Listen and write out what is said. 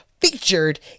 featured